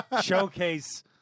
showcase